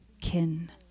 kin